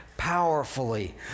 Powerfully